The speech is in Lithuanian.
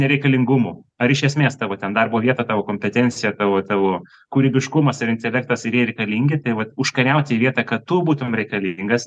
nereikalingumu ar iš esmės tavo ten darbo vietą tavo kompetenciją tavo tavo kūrybiškumas ir intelektas ir jie reikalingi tai vat užkariauti vietą kad tu būtum reikalingas